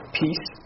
peace